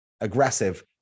aggressive